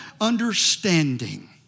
understanding